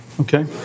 Okay